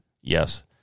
Yes